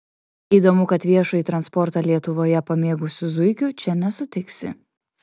įdomu kad viešąjį transportą lietuvoje pamėgusių zuikių čia nesutiksi